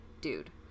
dude